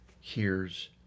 hears